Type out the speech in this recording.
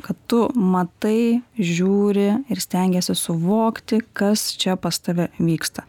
kad tu matai žiūri ir stengiesi suvokti kas čia pas tave vyksta